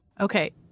Okay